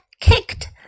kicked